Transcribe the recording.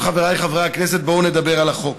חבריי חברי הכנסת, בואו נדבר על החוק.